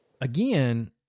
again